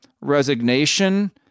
resignation